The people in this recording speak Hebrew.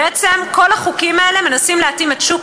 בעצם כל החוקים האלה מנסים להתאים את שוק